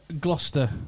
Gloucester